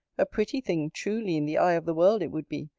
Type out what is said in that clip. a pretty thing truly in the eye of the world it would be,